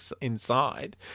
inside